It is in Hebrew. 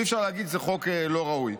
אי-אפשר להגיד שזה חוק לא ראוי.